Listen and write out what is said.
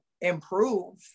improve